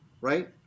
right